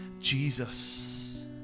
Jesus